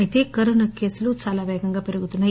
అయితే కరోనా కేసులు చాలా పేగంగా పెరుగుతున్నాయి